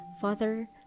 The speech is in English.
Father